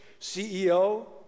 CEO